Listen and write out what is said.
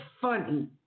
funny